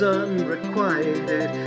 unrequited